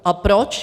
A proč?